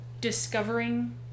Discovering